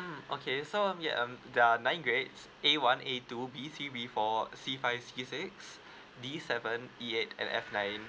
mm okay so um yea um there are nine grades A one A two B three B four C five C six D seven E eight and F nine